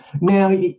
Now